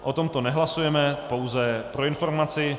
O tomto nehlasujeme, pouze pro informaci.